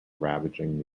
ravaging